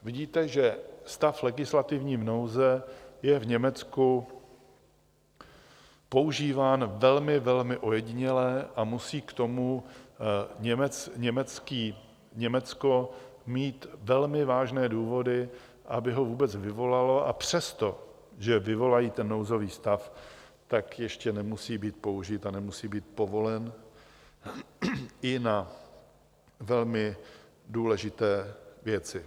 Vidíte, že stav legislativní nouze je v Německu používán velmi, velmi ojediněle, a musí k tomu Německo mít velmi vážné důvody, aby ho vůbec vyvolalo, a přestože vyvolají nouzový stav, tak ještě nemusí být použit a nemusí být povolen i na velmi důležité věci.